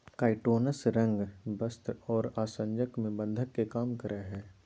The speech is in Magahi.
काइटोनस रंग, वस्त्र और आसंजक में बंधक के काम करय हइ